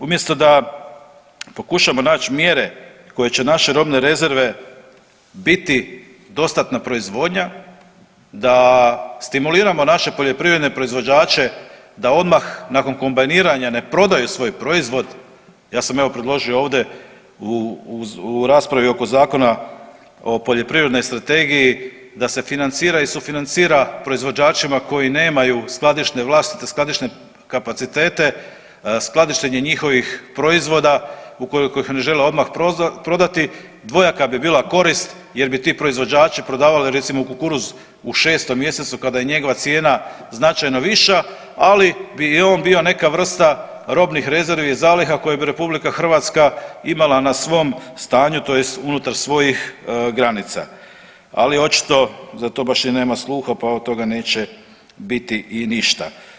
Umjesto da pokušamo nać mjere koje će naše robne rezerve biti dostatna proizvodnja, da stimuliramo naše poljoprivredne proizvođače da odmah nakon kombajniranja ne prodaju svoj proizvod, ja sam evo predložio ovdje u raspravi oko Zakona o poljoprivrednoj strategiji da se financira i sufinancira proizvođačima koji nemaju skladišne, vlastite skladišne kapacitete, skladištenje njihovih proizvoda ukoliko ih ne žele odmah prodati dvojaka bi bila korist jer bi ti proizvođači prodavali recimo kukuruz u 6 mjesecu kada je njegova cijena značajno viša, ali bi i on bio neka vrsta robnih rezervi i zaliha koje bi RH imala na svom stanju tj. unutar svojih granica, ali očito za to baš i nema sluha, pa od toga neće biti i ništa.